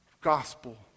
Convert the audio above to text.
gospel